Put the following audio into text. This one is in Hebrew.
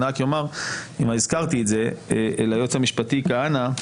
אבל אם הזכרתי את זה ליועץ המשפטי כהנא,